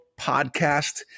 podcast